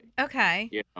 Okay